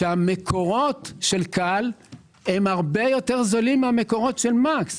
שהמקורות של כאל הם הרבה יותר זולים מהמקורות של מקס.